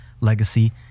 legacy